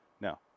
No